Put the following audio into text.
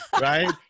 right